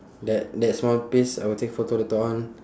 that that small piece I will take photo later on